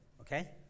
okay